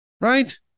right